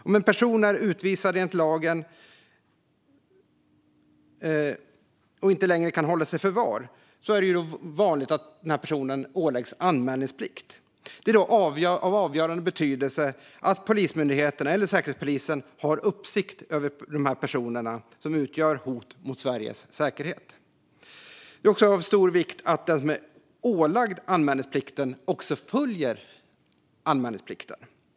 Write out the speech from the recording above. Om en person som är utvisad enligt lagen om särskild utlänningskontroll inte längre kan hållas i förvar är det vanligt att personen åläggs anmälningsplikt. Det är då av avgörande betydelse att Polismyndigheten eller Säkerhetspolisen har uppsikt över personer som utgör hot mot Sveriges säkerhet. Det är därför av stor vikt att den som är ålagd anmälningsplikt också följer denna.